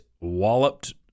walloped